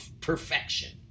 perfection